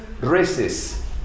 races